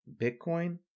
bitcoin